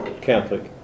Catholic